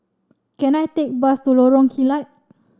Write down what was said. can I take bus to Lorong Kilat